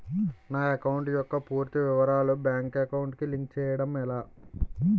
నా అకౌంట్ యెక్క పూర్తి వివరాలు బ్యాంక్ అకౌంట్ కి లింక్ చేయడం ఎలా?